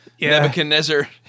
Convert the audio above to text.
Nebuchadnezzar